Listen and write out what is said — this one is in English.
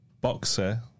Boxer